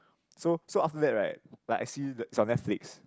so so after that right like I see is on Netflix